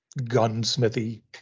gunsmithy